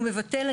הוא מבטל.